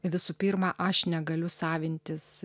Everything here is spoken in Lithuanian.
visų pirma aš negaliu savintis